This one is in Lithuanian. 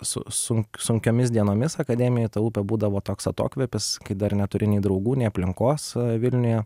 su su sunkiomis dienomis akademijoj ta upė būdavo toks atokvėpis kai dar neturi nei draugų nei aplinkos vilniuje